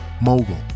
mogul